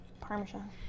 parmesan